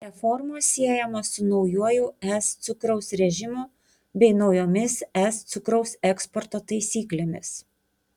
reformos siejamos su naujuoju es cukraus režimu bei naujomis es cukraus eksporto taisyklėmis